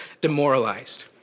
demoralized